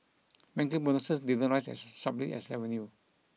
banker bonuses didn't rise as sharply as revenue